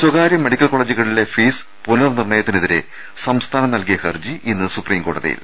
സ്വകാരൃ മെഡിക്കൽ കോളജുകളിലെ ഫീസ് പുനർനിർണിയത്തി നെതിരെ സംസ്ഥാനം നൽകിയ ഹർജി ഇന്ന് സുപ്രീം കോടതിയിൽ